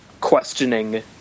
questioning